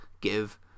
give